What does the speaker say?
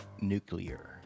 Nuclear